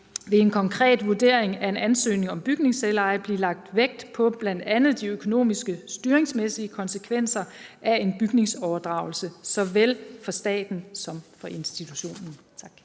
ved en konkret vurdering af en ansøgning om bygningsselveje blive lagt vægt på bl.a. de økonomiske og styringsmæssige konsekvenser af en bygningsoverdragelse såvel for staten som for institutionen.